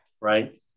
Right